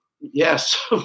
yes